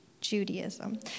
Judaism